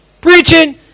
preaching